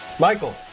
Michael